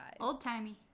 Old-timey